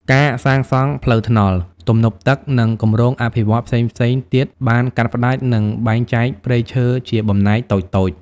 ការសាងសង់ ផ្លូវថ្នល់ ទំនប់ទឹក និងគម្រោងអភិវឌ្ឍន៍ផ្សេងៗទៀតបាន កាត់ផ្តាច់ និងបែងចែកព្រៃឈើជាបំណែកតូចៗ។